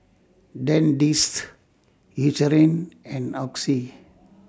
Dentiste Eucerin and Oxy